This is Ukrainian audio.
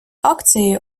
акцією